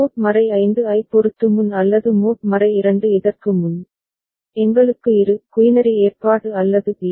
mode 5 ஐப் பொறுத்து முன் அல்லது மோட் 2 இதற்கு முன் எங்களுக்கு இரு குயினரி ஏற்பாடு அல்லது பி